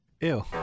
Ew